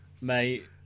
Mate